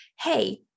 hey